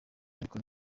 ariko